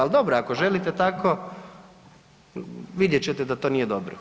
Al dobro, ako želite tako, vidjet ćete da to nije dobro.